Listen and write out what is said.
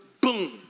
boom